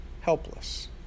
helpless